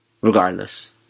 Regardless